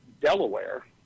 Delaware